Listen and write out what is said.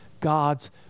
God's